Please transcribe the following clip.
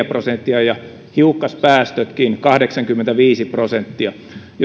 prosenttia ja hiukkaspäästötkin kahdeksankymmentäviisi prosenttia